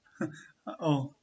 !huh! oh